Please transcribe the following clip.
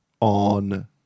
on